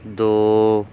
ਦੋ